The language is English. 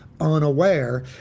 unaware